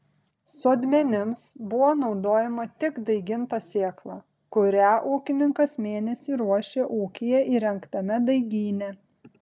sodmenims buvo naudojama tik daiginta sėkla kurią ūkininkas mėnesį ruošė ūkyje įrengtame daigyne